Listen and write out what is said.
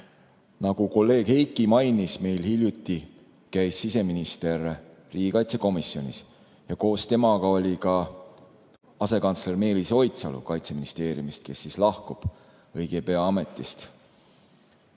Nagu kolleeg Heiki mainis, meil hiljuti käis siseminister riigikaitsekomisjonis ja koos temaga oli ka asekantsler Meelis Oidsalu Kaitseministeeriumist, kes lahkub õige pea ametist.